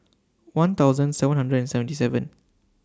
one thousand seven hundred and seventy seven